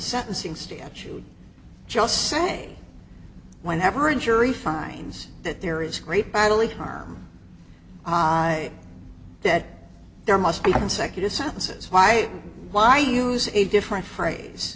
sentencing stand to just say whenever a jury finds that there is great bodily harm on that there must be consecutive sentences why why use a different phrase